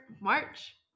march